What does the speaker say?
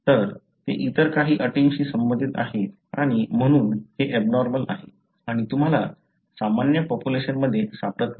तर ते इतर काही अटींशी संबंधित आहेत आणि म्हणून हे एबनॉर्मल आहे आणि तुम्हाला सामान्य पॉप्युलेशनमध्ये सापडत नाही